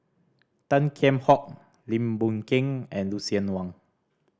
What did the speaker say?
Tan Kheam Hock Lim Boon Keng and Lucien Wang